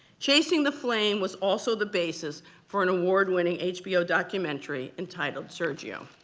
chasing the flame was also the basis for an award-winning hbo documentary entitled sergio.